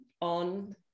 on